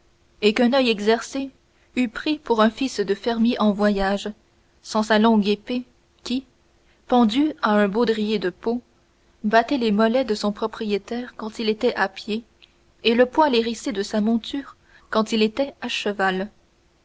et qu'un oeil peu exercé eût pris pour un fils de fermier en voyage sans sa longue épée qui pendue à un baudrier de peau battait les mollets de son propriétaire quand il était à pied et le poil hérissé de sa monture quand il était à cheval